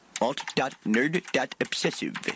Alt.nerd.obsessive